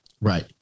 Right